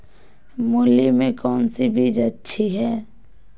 मूली में कौन सी बीज अच्छी है?